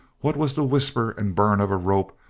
what was the whisper and burn of a rope,